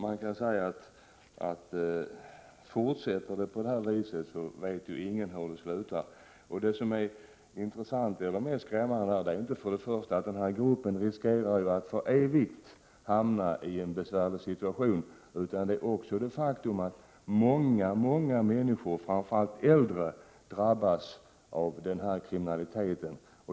Man kan säga att om denna utveckling får fortsätta vet ingen hur den slutar. Det som är mest skrämmande är att den här gruppen för det första riskerar att för evigt hamna i en besvärlig situation. För det andra drabbas många människor, framför allt äldre, av denna kriminalitet.